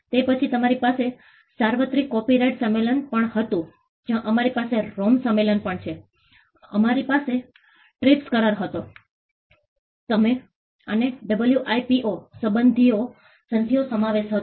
તે પછી અમારી પાસે સાર્વત્રિક કોપિરાઇટ સંમેલન પણ હતું જે અમારી પાસે રોમ સંમેલન પણ છે અમારી પાસે ટ્રીપ્સ કરાર હતો અને ડબ્લ્યુઆઇપીઓ સંધિઓનો સમાવેશ હતો